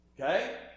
Okay